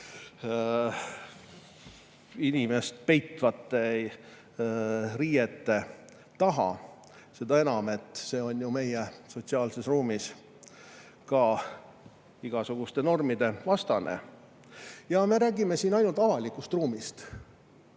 inimest peitvate riiete taha, seda enam, et see on ju meie sotsiaalses ruumis igasuguste normide vastane. Ja me räägime siin ainult avalikust ruumist.